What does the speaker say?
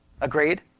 Agreed